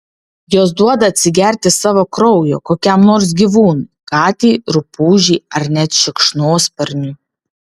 jos duoda atsigerti savo kraujo kokiam nors gyvūnui katei rupūžei ar net šikšnosparniui